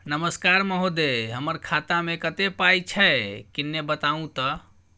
नमस्कार महोदय, हमर खाता मे कत्ते पाई छै किन्ने बताऊ त?